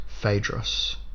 Phaedrus